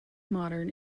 modern